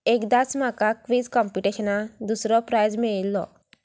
एकदांच म्हाका क्वीज कॉम्पिटिशनाक दुसरो प्रायज मेळयिल्लो